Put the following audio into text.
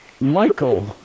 Michael